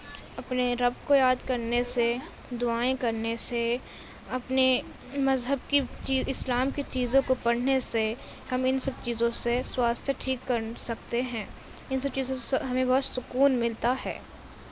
اپنے رب کو یاد کرنے سے دعائیں کرنے سے اپنے مذہب کی چی اسلام کی چیزوں کو پڑھنے سے ہم ان سب چیزوں سے سواستھ ٹھیک کر سکتے ہیں ان سب چیزوں سے ہمیں بہت سکون ملتا ہے